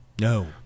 No